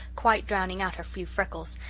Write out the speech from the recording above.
quite drowning out her few freckles,